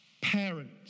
parents